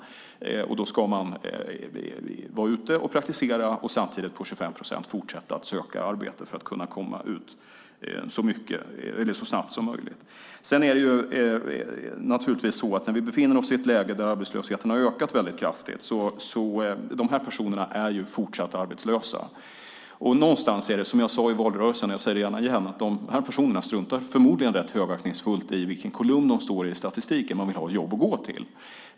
Då ska man vara ute och praktisera och samtidigt på 25 procent fortsätta att söka arbete för att kunna komma ut så snabbt som möjligt. Vi befinner oss i ett läge där arbetslösheten har ökat väldigt kraftigt, och de här personerna är naturligtvis fortsatt arbetslösa. Det är som jag sade i valrörelsen - och jag säger det gärna igen: De här personerna struntar förmodligen rätt högaktningsfullt i vilken kolumn i statistiken de står i. De vill ha jobb att gå till.